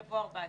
יבוא "7".